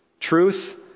Truth